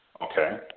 okay